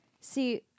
See